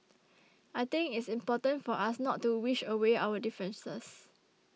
I think it's important for us not to wish away our differences